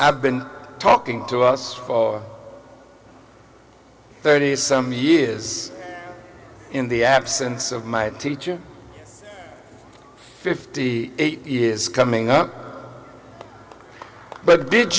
i've been talking to us for thirty some years in the absence of my teacher fifty eight years coming up but did